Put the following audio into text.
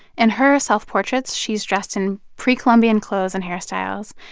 and her self-portraits, she's dressed in pre-columbian clothes and hairstyles,